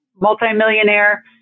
multimillionaire